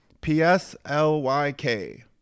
P-S-L-Y-K